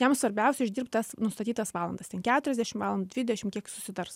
jam svarbiausia išdirbt tas nustatytas valandas ten keturiasdešim valandų dvidešim kiek susitars